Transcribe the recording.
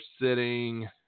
sitting